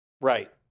Right